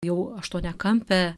jau aštuoniakampė